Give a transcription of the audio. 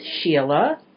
Sheila